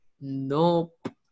Nope